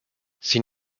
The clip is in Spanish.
sin